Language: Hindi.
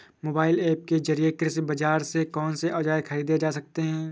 मोबाइल ऐप के जरिए कृषि बाजार से कौन से औजार ख़रीदे जा सकते हैं?